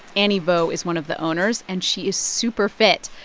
annie vo is one of the owners, and she is super fit.